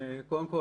קודם כל,